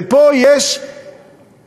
ופה יש טעות,